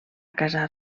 casar